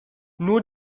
nur